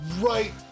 right